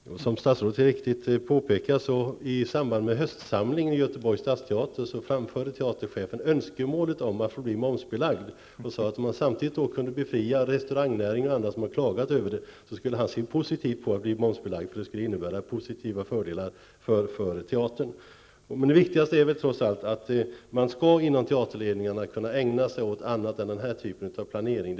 Fru talman! Som statsrådet så riktigt påpekar framfördes, i samband med höstsamlingen på Göteborgs stadsteater teaterchefen önskemålet om att få teatern momsbelagd. Han sade då att om man samtidigt kunde befria restauranger som klagat över momsen, skulle han se positivt på att i stället få tatern momsbelagd. Detta skulle innebära positiva fördelar för teatern. Det viktigaste är trots allt att teaterledningarna skall kunna ägna sig åt annat än denna typ av planering.